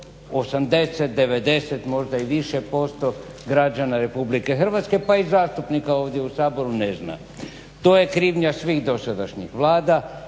80, 90, možda i više posto građana RH pa i zastupnika ovdje u Saboru ne zna. To je krivnja svih dosadašnjih Vlada